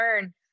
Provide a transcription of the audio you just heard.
learn